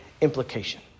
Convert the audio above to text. implication